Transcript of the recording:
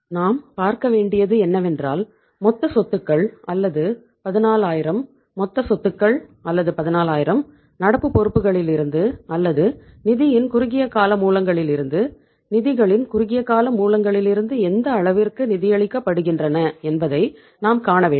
நாம் பார்க்க வேண்டியது என்னவென்றால் மொத்த சொத்துக்கள் அல்லது 14000 மொத்த சொத்துக்கள் அல்லது 14000 நடப்பு பொறுப்புகளிலிருந்து அல்லது நிதியின் குறுகிய கால மூலங்களிலிருந்து நிதிகளின் குறுகிய கால மூலங்களிலிருந்து எந்த அளவிற்கு நிதியளிக்கப்படுகின்றன என்பதை நாம் காண வேண்டும்